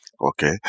Okay